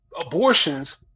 abortions